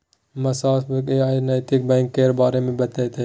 मास्साब आइ नैतिक बैंक केर बारे मे बतेतै